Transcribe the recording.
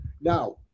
now